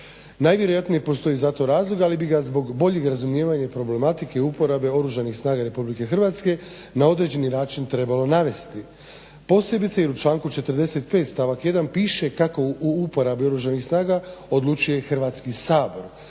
Najvjerojatnije postoji za to razlog, ali bi ga zbog boljih razumijevanja i problematike uporabe Oružanih snaga RH na određeni način trebalo navesti. Posebice jer u članku 45. stavak 1. piše kako u uporabi Oružanih snaga odlučuje Hrvatski sabor,